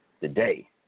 Today